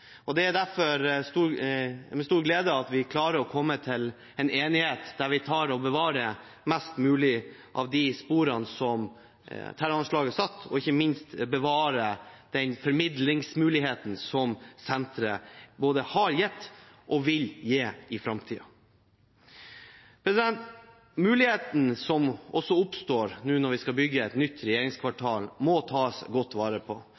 vi klarer å komme til en enighet der vi bevarer mest mulig av de sporene som terroranslaget satte, og ikke minst bevarer den formidlingsmuligheten som senteret både har gitt og vil gi i framtiden. Mulighetene som også oppstår nå når vi skal bygge et nytt regjeringskvartal, må tas godt vare på.